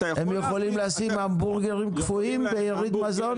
הם יכולים לשים המבורגרים קפואים ביריד מזון?